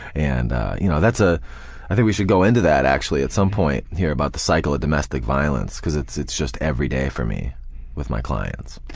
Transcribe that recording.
and you know ah i think we should go into that, actually, at some point here about the cycle of domestic violence cause it's it's just every day for me with my clients.